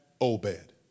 Obed